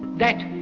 that